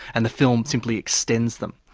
and the film simply extends them.